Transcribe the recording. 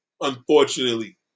unfortunately